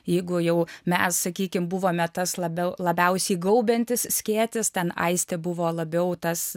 jeigu jau mes sakykim buvome tas labiaulabiausiai gaubiantis skėtis ten aistė buvo labiau tas